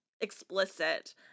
explicit